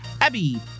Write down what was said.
Abby